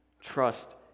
Trust